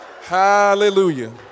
Hallelujah